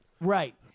Right